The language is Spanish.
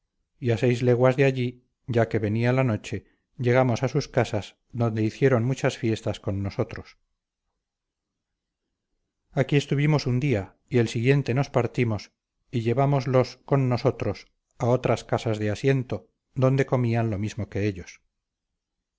a seis leguas de allí ya que venía la noche llegamos a sus casas donde hicieron muchas fiestas con nosotros aquí estuvimos un día y el siguiente nos partimos y llevámoslos con nosotros a otras casas de asiento donde comían lo mismo que ellos